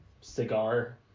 cigar